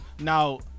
Now